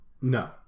no